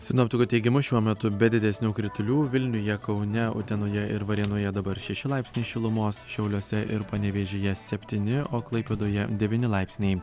sinoptikų teigimu šiuo metu be didesnių kritulių vilniuje kaune utenoje ir varėnoje dabar šeši laipsniai šilumos šiauliuose ir panevėžyje septyni o klaipėdoje devyni laipsniai